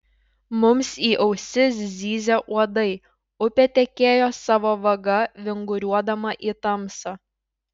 mums į ausis zyzė uodai upė tekėjo savo vaga vinguriuodama į tamsą